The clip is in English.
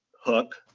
hook